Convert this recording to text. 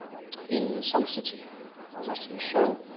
in sun city, i was asked to do a show.